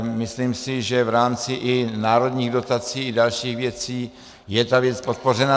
Myslím si, že v rámci i národních dotací i dalších věcí je ta věc podpořena